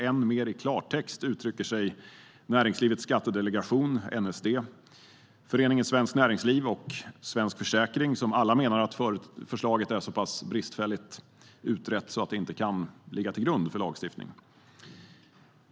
Än mer i klartext uttrycker sig Näringslivets Skattedelegation, NSD, liksom föreningarna Svenskt Näringsliv och Svensk Försäkring, som alla menar att förslaget är så pass bristfälligt utrett att det inte kan ligga till grund för lagstiftning.